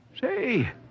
Say